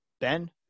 Ben